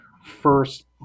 first